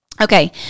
Okay